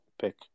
pick